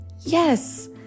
Yes